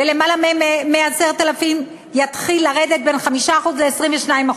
ולמעלה מ-10,000, יתחיל לרדת, בין 5% ל-22%,